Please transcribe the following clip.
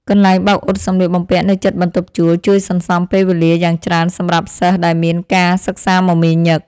កន្លែងបោកអ៊ុតសម្លៀកបំពាក់នៅជិតបន្ទប់ជួលជួយសន្សំពេលវេលាយ៉ាងច្រើនសម្រាប់សិស្សដែលមានការសិក្សាមមាញឹក។